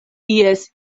ies